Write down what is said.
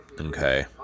Okay